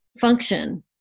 function